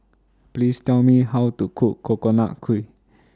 Please Tell Me How to Cook Coconut Kuih